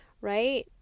right